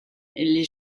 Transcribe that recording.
les